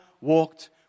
walked